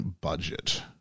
budget